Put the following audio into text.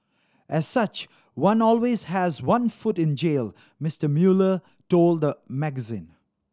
as such one always has one foot in jail Mister Mueller told the magazine